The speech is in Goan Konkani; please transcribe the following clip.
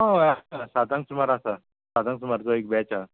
हय हय आसा सातांक सुमार आसा सातांक सुमारचो एक बॅच आसा